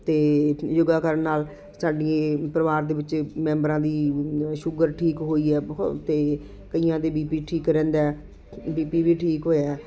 ਅਤੇ ਯੋਗਾ ਕਰਨ ਨਾਲ ਸਾਡੀ ਇਹ ਪਰਿਵਾਰ ਦੇ ਵਿੱਚ ਮੈਂਬਰਾਂ ਦੀ ਸ਼ੂਗਰ ਠੀਕ ਹੋਈ ਹੈ ਬਹੁਤ ਅਤੇ ਕਈਆਂ ਦਾ ਬੀ ਪੀ ਠੀਕ ਰਹਿੰਦਾ ਬੀ ਪੀ ਵੀ ਠੀਕ ਹੋਇਆ